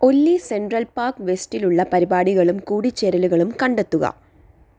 ഒല്ലി Central Park വെസ്റ്റിലുള്ള പരിപാടികളും കൂടിചേരലുകളും കണ്ടെത്തുക